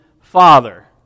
Father